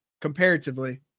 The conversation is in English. comparatively